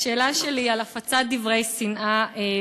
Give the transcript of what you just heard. השאלה שלי היא בנושא הפצת דברי שנאה בבית-ספר.